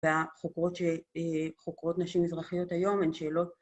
והחוקרות ש...חוקרות נשים מזרחיות היום, הן שאלות